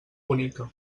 bonica